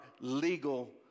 legal